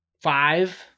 five